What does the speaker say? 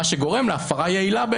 מה שגורם להפרה יעילה.